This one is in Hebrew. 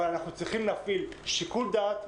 אנחנו צריכים להפעיל שיקול דעת,